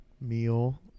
meal